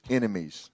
enemies